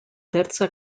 terza